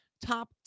Top